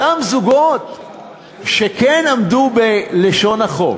אותם זוגות שכן עמדו בלשון החוק,